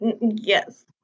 Yes